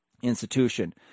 institution